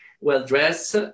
well-dressed